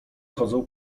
chodzą